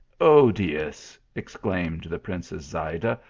odious! exclaimed the princess zayda.